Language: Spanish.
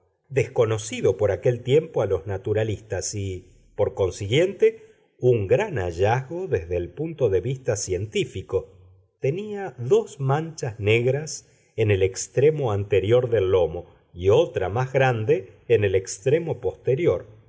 desconocido por aquel tiempo a los naturalistas y por consiguiente un gran hallazgo desde el punto de vista científico tenía dos manchas negras en el extremo anterior del lomo y otra más grande en el extremo posterior